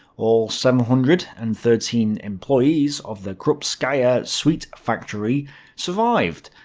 all seven hundred and thirteen employees of the krupskaya sweet factory survived.